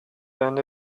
bend